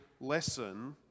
lesson